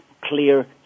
clear